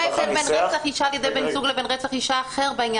מה ההבדל אם היא נרצחה על ידי בן זוגה לבין רצח אישה אחרת?